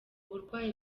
burwayi